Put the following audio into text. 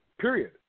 period